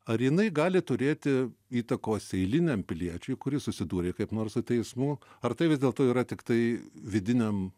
ar jinai gali turėti įtakos eiliniam piliečiui kuris susidūrė kaip nors su teismu ar tai vis dėlto yra tiktai vidiniam